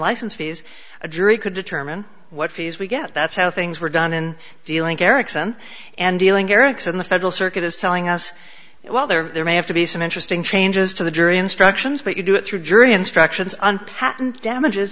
license fees a jury could determine what fees we get that's how things were done in dealing erickson and dealing erickson the federal circuit is telling us well there may have to be some interesting changes to the jury instructions but you do it through jury instructions